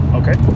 okay